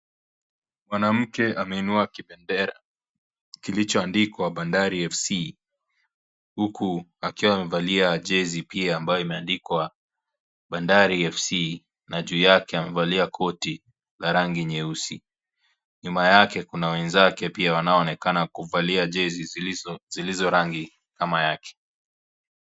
Mwanamke ameinua kibendera kilichoandikwa Bandari FC, huku akiwa amevalia jezi pia ambayo imeandikwa Bandari FC na juu yake amevalia koti la rangi nyeusi, nyuma yake kuna wenzake pia wanaonekana kuvalia jezi zilizo rangi kama yake.